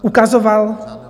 Ukazoval...